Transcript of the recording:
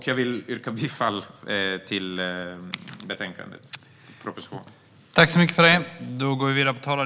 Jag vill yrka bifall till utskottets förslag.